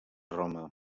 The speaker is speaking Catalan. roma